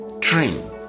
train